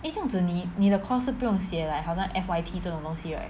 eh 这样子你你的 course 是不用写 like 好像 F_Y_P 这种东西 right